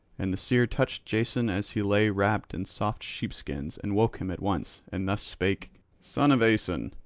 and the seer touched jason as he lay wrapped in soft sheepskins and woke him at once, and thus spake son of aeson,